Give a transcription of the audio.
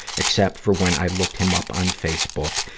except for when i looked him up on facebook.